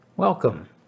Welcome